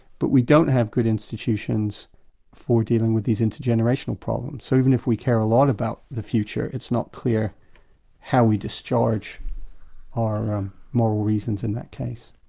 but we don't have good institutions for dealing with these intergenerational problems so even if we care a lot about the future it's not clear how we discharge our um moral reasons in that case.